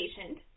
patient